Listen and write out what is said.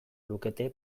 lukete